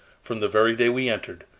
from the very day we entered,